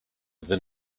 than